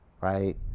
right